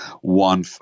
one